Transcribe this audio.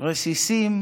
רסיסים